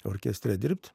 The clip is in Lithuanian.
orkestre dirbt